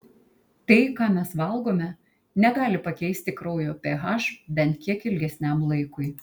tai ką mes valgome negali pakeisti kraujo ph bent kiek ilgesniam laikui